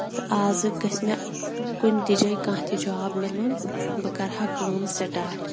تہٕ آز گژھِ مےٚ کُنہِ تہِ جایہِ کانٚہہ تہِ جاب مِلُن بہٕ کرٕ ہا کٲم سِٹارٹ